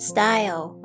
Style